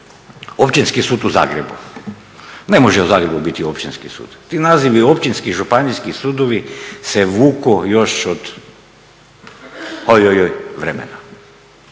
Općinski sud u Zagrebu, ne može u Zagrebu biti Općinski sud. Ti nazivi općinski, županijski sudovi se vuku još od … vremena.